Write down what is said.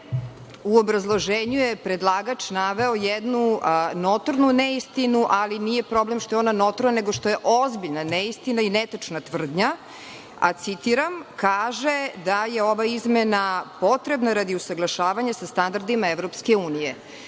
u obrazloženju je predlagač naveo jednu notornu neistinu, ali nije problem što je ona notorna, nego što je ona ozbiljna neistina i netačna tvrdnja. Citiram, kaže da je ova izmena potrebna radi usaglašavanja sa standardima EU.